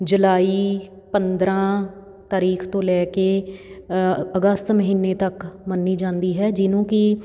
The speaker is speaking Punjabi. ਜੁਲਾਈ ਪੰਦਰਾਂ ਤਰੀਕ ਤੋਂ ਲੈ ਕੇ ਅਗਸਤ ਮਹੀਨੇ ਤੱਕ ਮੰਨੀ ਜਾਂਦੀ ਹੈ ਜਿਹਨੂੰ ਕਿ